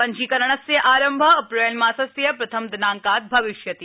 पञ्जीकरणस्य आरम्भ अप्रैल मासस्य प्रधम दिनांकात् भविष्यति